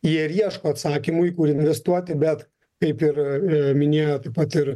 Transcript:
jie ir ieško atsakymų į kur investuoti bet kaip ir minėjot vat ir